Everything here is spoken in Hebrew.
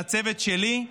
לצוות שלי.